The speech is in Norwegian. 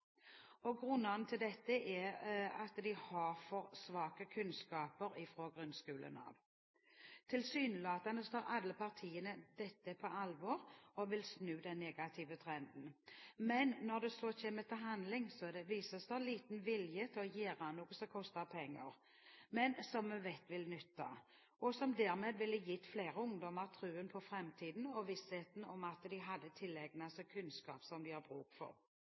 Grunnene til dette er at de har for svake kunnskaper fra grunnskolen. Tilsynelatende tar alle partiene dette på alvor og vil snu den negative trenden, men når det så kommer til handling, vises det liten vilje til å gjøre noe som koster penger, men som vi vet vil nytte, og som dermed ville gitt flere ungdommer troen på framtiden og vissheten om at de hadde tilegnet seg kunnskap som de har bruk for.